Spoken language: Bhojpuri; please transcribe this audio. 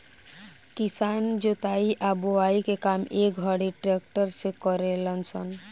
किसान जोताई आ बोआई के काम ए घड़ी ट्रक्टर से करेलन स